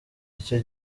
icyo